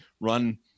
run